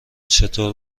چطور